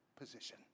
position